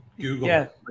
Google